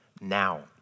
now